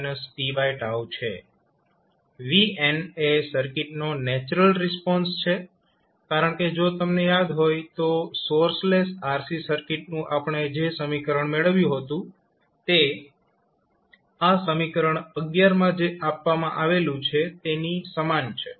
vn એ સર્કિટનો natural response છે કારણ કે જો તમને યાદ હોય તો સોર્સલેસ RC સર્કિટનું આપણે જે સમીકરણ મેળવ્યું હતું તે આ સમીકરણ 11 માં જે આપવામાં આવેલુ છે તેની સમાન છે